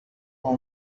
all